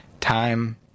time